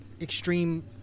extreme